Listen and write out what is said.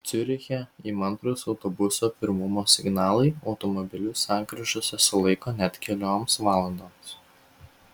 ciuriche įmantrūs autobusų pirmumo signalai automobilius sankryžose sulaiko net kelioms valandoms